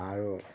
আৰু